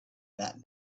that